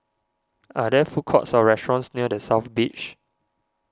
are there food courts or restaurants near the South Beach